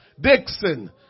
Dixon